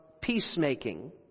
peacemaking